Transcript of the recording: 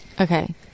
Okay